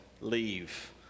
leave